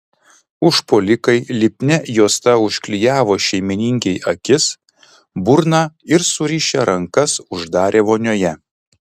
užpuolikai lipnia juosta užklijavo šeimininkei akis burną ir surišę rankas uždarė vonioje